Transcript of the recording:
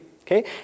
okay